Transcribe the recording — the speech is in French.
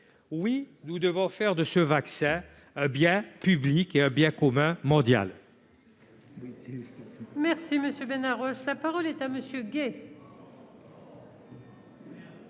Oui, nous devons faire de ce vaccin un bien public, un bien commun mondial